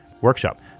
workshop